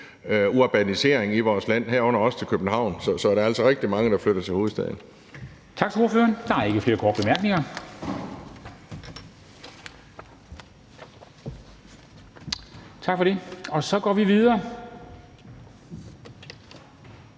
urbanisering i vores land, herunder også i forhold til København. Så der er altså rigtig mange, der flytter til hovedstaden.